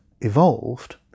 evolved